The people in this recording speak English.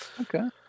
okay